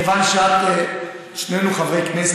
מכיוון ששנינו חברי כנסת,